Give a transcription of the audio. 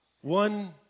One